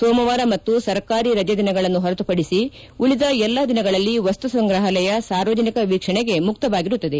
ಸೋಮವಾರ ಮತ್ತು ಸರ್ಕಾರಿ ರಜೆ ದಿನಗಳನ್ನು ಹೊರತುಪಡಿಸಿ ಉಳಿದ ಎಲ್ಲ ದಿನಗಳಲ್ಲಿ ವಸ್ತು ಸಂಗ್ರಹಾಲಯ ಸಾರ್ವಜನಿಕ ವೀಕ್ಷಣೆಗೆ ಮುಕ್ತವಾಗಿರುತ್ತದೆ